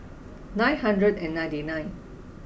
nine hundred and ninety nine